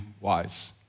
wise